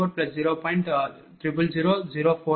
இதேபோல் Q3QL3QL4QLoss30